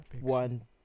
one